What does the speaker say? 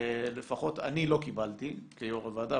לפחות אני לא קיבלתי כיו"ר הוועדה,